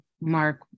Mark